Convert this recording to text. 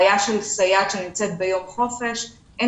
יש בעיה בשעה שסייעת נמצאת ביום חופש ואין